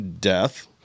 death